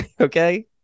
okay